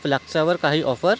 फ्लाक्सावर काही ऑफर